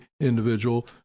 individual